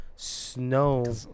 Snow